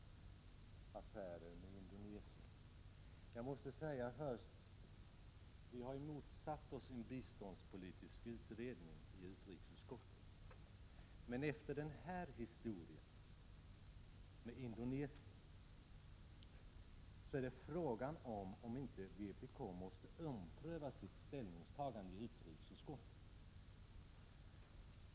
Herr talman! Jag tackar för svaret på interpellationen, som vanligt krystat när det gäller affärer med Indonesien. Vi har i utrikesutskottet motsatt oss en biståndspolitisk utredning, men efter denna historia med Indonesien är det fråga om huruvida inte vpk måste ompröva sitt ställningstagande i utrikesutskottet.